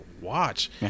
watch